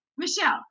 Michelle